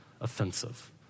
offensive